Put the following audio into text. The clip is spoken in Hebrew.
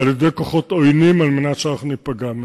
על-ידי כוחות עוינים על מנת שאנחנו ניפגע מהם.